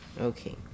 Okay